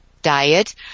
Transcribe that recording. diet